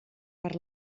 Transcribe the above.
per